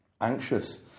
anxious